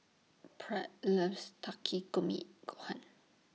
Pratt loves Takikomi Gohan